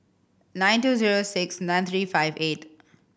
nine two zero six nine three five eight